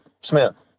Smith